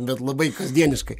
bet labai kasdieniškai